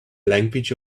language